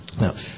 Now